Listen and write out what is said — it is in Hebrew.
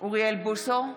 אוריאל בוסו,